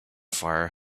fire